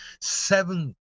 seven